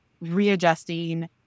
readjusting